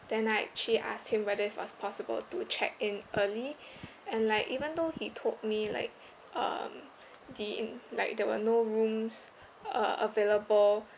then I actually asked him whether it was possible to check in early and like even though he told me like um the in like there were no rooms uh available